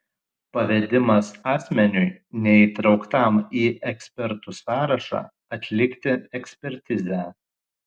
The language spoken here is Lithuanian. pavedimas asmeniui neįtrauktam į ekspertų sąrašą atlikti ekspertizę